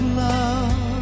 love